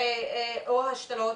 מספר האנשים,